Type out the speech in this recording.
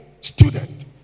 Student